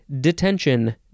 detention